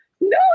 no